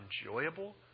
enjoyable